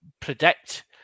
predict